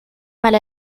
mal